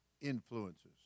influences